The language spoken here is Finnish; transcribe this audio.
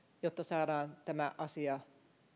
jotta saadaan tämä asia